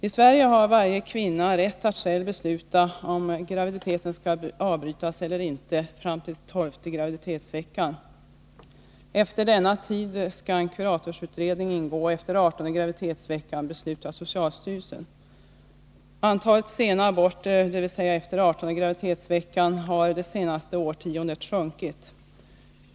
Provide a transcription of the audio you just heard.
I Sverige har varje kvinna rätt att själv besluta om graviditeten skall avbrytas eller inte fram till 12:e graviditetsveckan. Efter denna tid skall en kuratorsutredning ingå, och efter 18:e graviditetsveckan beslutar socialstyrelsen. Antalet sena aborter, dvs. efter 18:e graviditetsveckan, har under det senaste årtiondet sjunkit.